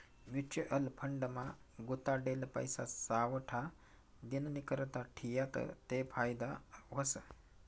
mutual fund मा गुताडेल पैसा सावठा दिननीकरता ठियात ते फायदा व्हस